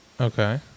Okay